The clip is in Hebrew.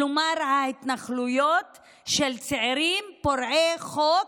כלומר ההתנחלויות של צעירים פורעי חוק,